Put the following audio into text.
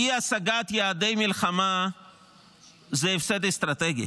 אי-השגת יעדי מלחמה זה הפסד אסטרטגי.